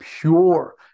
pure